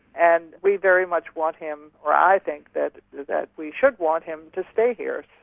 and we very much want him or i think that that we should want him to stay here.